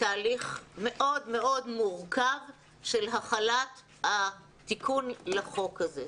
לתהליך מאוד מאוד מורכב של החלת התיקון לחוק הזה.